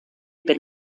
per